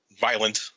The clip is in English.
violent